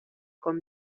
con